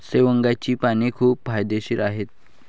शेवग्याची पाने खूप फायदेशीर आहेत